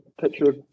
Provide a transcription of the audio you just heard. picture